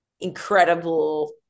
incredible